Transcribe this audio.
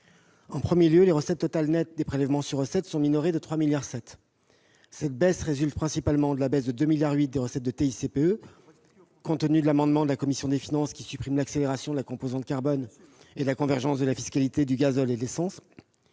En premier lieu, les recettes totales, nettes des prélèvements sur recettes, sont minorées de 3,7 milliards d'euros. Cette baisse résulte principalement de la diminution de 2,8 milliards d'euros des recettes de TICPE, compte tenu de l'amendement de la commission des finances qui supprime l'accélération de la composante carbone et de la convergence de la fiscalité du gazole et de l'essence.